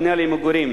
הבנייה למגורים